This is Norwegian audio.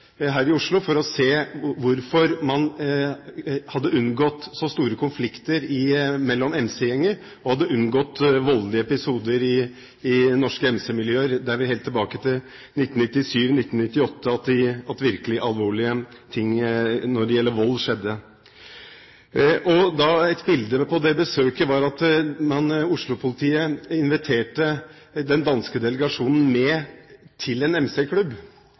her i Oslo for å se på hvorfor man hadde unngått så store konflikter mellom MC-gjenger og unngått voldelige episoder i norske MC-miljøer. Det er vel helt tilbake til 1997–1998 at de virkelig alvorlige ting når det gjelder vold, skjedde. Oslo-politiet inviterte den danske delegasjonen med til en MC-klubb, til en av disse som vi definerer som kriminelle MC-klubber. De var